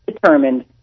determined